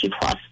plus